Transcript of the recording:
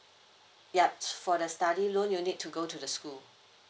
yup so for the study do you need to go to the school